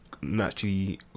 naturally